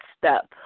step